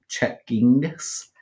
checkings